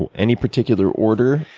and any particular order?